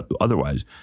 otherwise